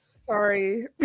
Sorry